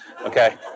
okay